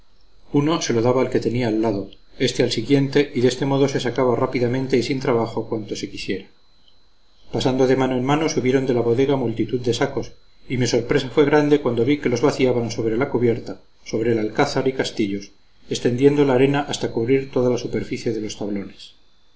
uno se lo daba al que tenía al lado éste al siguiente y de este modo se sacaba rápidamente y sin trabajo cuanto se quisiera pasando de mano en mano subieron de la bodega multitud de sacos y mi sorpresa fue grande cuando vi que los vaciaban sobre la cubierta sobre el alcázar y castillos extendiendo la arena hasta cubrir toda la superficie de los tablones